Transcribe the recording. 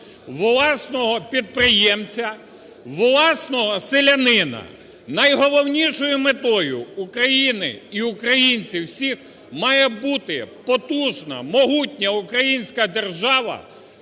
власного підприємця, власного селянина. Найголовнішою метою України і українців всіх має бути потужна, могутня українська держава